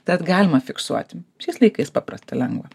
tad galima fiksuoti šiais laikais paprasta lengva